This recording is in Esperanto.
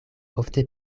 ofte